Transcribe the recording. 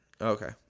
Okay